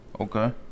Okay